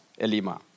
Elima